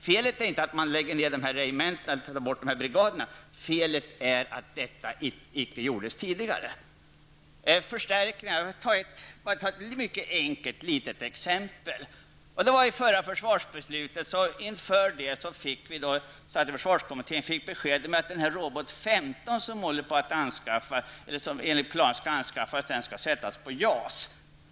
Felet är inte att regementen läggs ned och att dessa brigader tas bort, utan felet är att detta icke gjordes tidigare. Låt mig ge ett enkelt exempel. Inför det förra försvarsbeslutet fick försvarskommittén beskedet att Robot 15 som enligt planerna skulle anskaffas för JAS redan var under leverans medan planen kommer fem år senare.